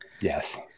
yes